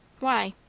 why?